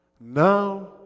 Now